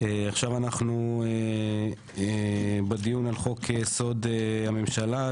עכשיו אנחנו בדיון על חוק יסוד הממשלה,